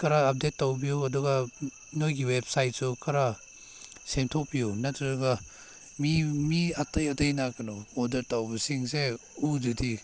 ꯈꯔ ꯑꯞꯗꯦꯠ ꯇꯧꯕꯤꯌꯨ ꯑꯗꯨꯒ ꯅꯣꯏꯒꯤ ꯋꯦꯞꯁꯥꯏꯠꯁꯨ ꯈꯔ ꯁꯦꯝꯗꯣꯛꯄꯤꯌꯨ ꯅꯠꯇ꯭ꯔꯒ ꯃꯤ ꯃꯤ ꯑꯇꯩ ꯑꯇꯩꯅ ꯀꯩꯅꯣ ꯑꯣꯗꯔ ꯇꯧꯕꯁꯤꯡꯁꯦ ꯎꯗ꯭ꯔꯗꯤ